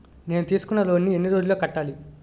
నేను తీసుకున్న లోన్ నీ ఎన్ని రోజుల్లో కట్టాలి?